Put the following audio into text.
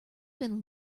been